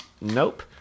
Nope